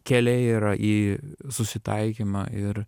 keliai yra į susitaikymą ir